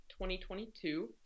2022